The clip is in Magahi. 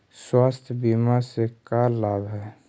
स्वास्थ्य बीमा से का लाभ है?